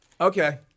Okay